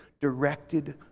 directed